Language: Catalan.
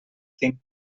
think